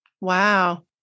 Wow